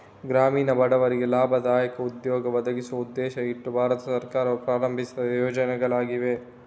ಗ್ರಾಮೀಣ ಬಡವರಿಗೆ ಲಾಭದಾಯಕ ಉದ್ಯೋಗ ಒದಗಿಸುವ ಉದ್ದೇಶ ಇಟ್ಟು ಭಾರತ ಸರ್ಕಾರವು ಪ್ರಾರಂಭಿಸಿದ ಯೋಜನೆಗಳಿವೆ